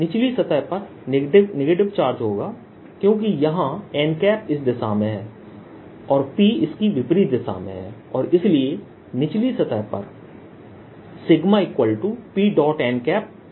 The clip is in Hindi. निचली सतह पर नेगेटिव चार्ज होगा क्योंकि यहाँ nइस दिशा में है और Pइसकी विपरीत दिशा में है और इसलिए निचली सतह पर Pn Pहोगा